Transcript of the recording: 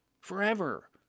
forever